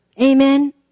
Amen